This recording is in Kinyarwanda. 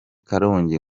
karongi